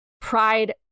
pride